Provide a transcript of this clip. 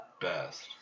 best